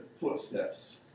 footsteps